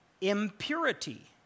Impurity